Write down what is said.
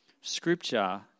Scripture